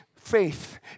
Faith